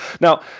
Now